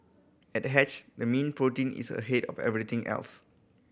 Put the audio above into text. at Hatched the mean protein is ahead of everything else